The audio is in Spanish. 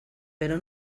pero